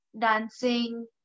dancing